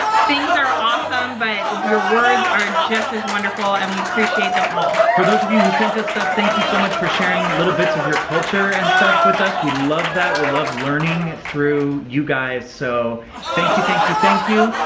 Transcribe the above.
things are awesome, but your words are just as wonderful and we appreciate them all. for those of you who sent us stuff, thank you so much for sharing little bits of your culture and stuff with us. we love that, we love learning through you guys, so thank you, thank you, thank you.